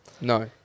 No